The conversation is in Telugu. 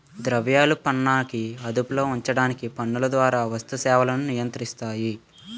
ద్రవ్యాలు పనాన్ని అదుపులో ఉంచడానికి పన్నుల ద్వారా వస్తు సేవలను నియంత్రిస్తాయి